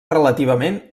relativament